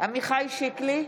עמיחי שיקלי,